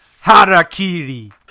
Harakiri